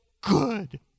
good